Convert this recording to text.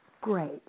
Great